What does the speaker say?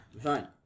fine